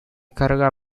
carga